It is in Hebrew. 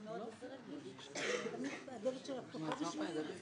היא מאוד עוזרת לי ותמיד הדלת שלה פתוחה בשבילי.